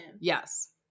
Yes